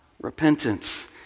repentance